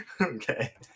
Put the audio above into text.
Okay